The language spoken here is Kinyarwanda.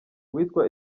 uwitwa